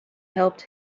helped